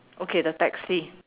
okay the taxi